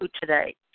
today